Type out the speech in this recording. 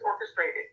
orchestrated